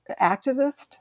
activist